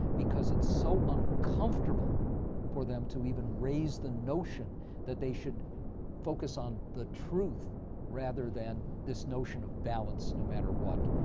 because it's so uncomfortable for them to even raise the notion that they should focus on the truth rather than this notion of balance no matter what.